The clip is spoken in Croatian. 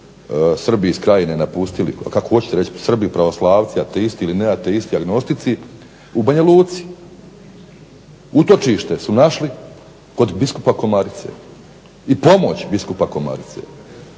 Srbi iz Krajine napustili, kako hoćete reći Srbi, pravoslavci, ateisti ili neateisti, agnostici u Banja Luci utočište su našli kod biskupa Komarice i pomoć biskupa Komarice.